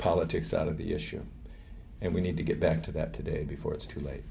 politics out of the issue and we need to get back to that today before it's too late